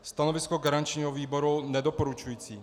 Stanovisko garančního výboru je nedoporučující.